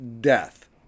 death